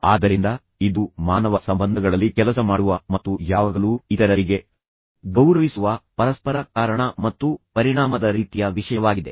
ಆದ್ದರಿಂದ ಇದು ಮಾನವ ಸಂಬಂಧಗಳಲ್ಲಿ ಕೆಲಸ ಮಾಡುವ ಮತ್ತು ಯಾವಾಗಲೂ ಇತರರಿಗೆ ಗೌರವಿಸುವ ಪರಸ್ಪರ ಕಾರಣ ಮತ್ತು ಪರಿಣಾಮದ ರೀತಿಯ ವಿಷಯವಾಗಿದೆ